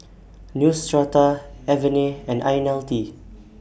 Neostrata Avene and Ionil T